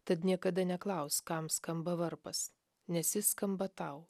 tad niekada neklausk kam skamba varpas nes jis skamba tau